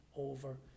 over